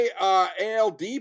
ALD